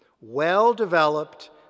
Well-developed